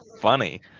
funny